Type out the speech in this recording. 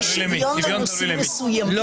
לא.